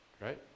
right